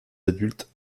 adultes